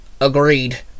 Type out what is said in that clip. Agreed